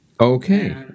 Okay